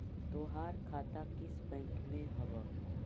तोहार खाता किस बैंक में हवअ